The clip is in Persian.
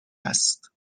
است